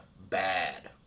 Bad